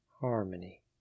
harmony